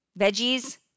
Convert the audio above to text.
veggies